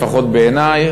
לפחות בעיני,